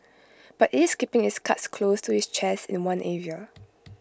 but IT is keeping its cards close to its chest in one area